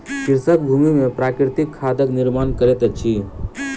कृषक भूमि में प्राकृतिक खादक निर्माण करैत अछि